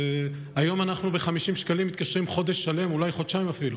היום ב-50 שקלים אנחנו מתקשרים חודש שלם ואולי אפילו חודשיים.